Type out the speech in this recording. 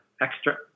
extra